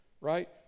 right